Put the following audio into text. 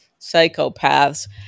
psychopaths